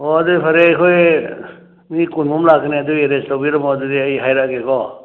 ꯑꯣ ꯑꯗꯨꯗꯤ ꯐꯔꯦ ꯑꯩꯈꯣꯏ ꯃꯤ ꯀꯨꯟꯃꯨꯛ ꯂꯥꯛꯀꯅꯤ ꯑꯗꯨꯒꯤ ꯑꯦꯔꯦꯟꯖ ꯇꯧꯕꯤꯔꯝꯃꯣ ꯑꯗꯨꯗꯤ ꯑꯩ ꯍꯥꯏꯔꯛꯂꯒꯦꯀꯣ